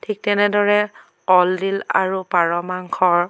ঠিক তেনেদৰে কলডিল আৰু পাৰ মাংসৰ